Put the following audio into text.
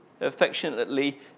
affectionately